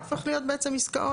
הוא הופך להיות בעצם עסקאות,